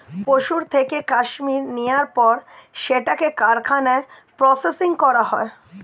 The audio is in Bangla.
পশুর থেকে কাশ্মীর নেয়ার পর সেটাকে কারখানায় প্রসেসিং করা হয়